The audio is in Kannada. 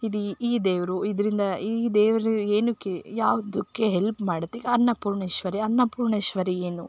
ಇದೀ ಈ ದೇವರು ಇದರಿಂದ ಈ ದೇವರು ಏನಕ್ಕೆ ಯಾವುದಕ್ಕೆ ಹೆಲ್ಪ್ ಮಾಡುತ್ತೆ ಈಗ ಅನ್ನಪೂರ್ಣೇಶ್ವರಿ ಅನ್ನಪೂರ್ಣೇಶ್ವರಿ ಏನು